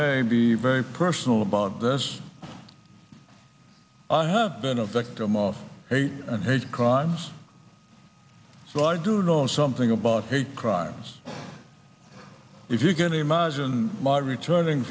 may be very personal about this i have been a victim of a and hate crimes so i do know something about hate crimes if you can imagine my returning